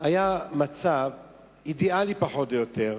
היה מצב אידיאלי, פחות או יותר,